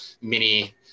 mini